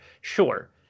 Sure